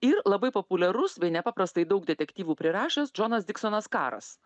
ir labai populiarus bei nepaprastai daug detektyvų prirašęs džonas diksonas karas